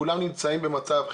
כולם נמצאים במצב קשה,